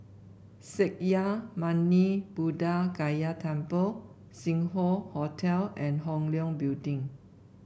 Sakya Muni Buddha Gaya Temple Sing Hoe Hotel and Hong Leong Building